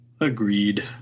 Agreed